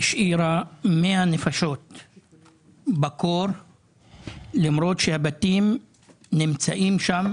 השאירו 100 נפשות בקור למרות שהבתים נמצאים שם